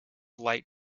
light